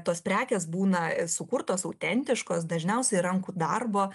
tos prekės būna sukurtos autentiškos dažniausiai rankų darbo